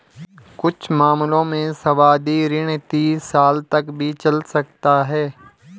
कुछ मामलों में सावधि ऋण तीस साल तक भी चल सकता है